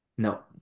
No